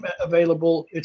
available